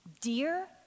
dear